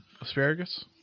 Asparagus